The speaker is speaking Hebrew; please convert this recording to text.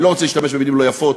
אני לא רוצה להשתמש במילים לא יפות,